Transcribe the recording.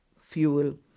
fuel